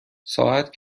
ساعت